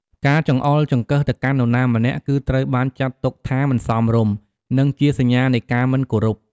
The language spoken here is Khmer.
ការចង្អុលចង្កឹះទៅកាន់នរណាម្នាក់ គឺត្រូវបានចាត់ទុកថាមិនសមរម្យ និងជាសញ្ញានៃការមិនគោរព។